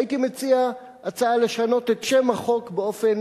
הייתי מציע הצעה לשנות את שם החוק באופן